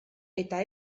eta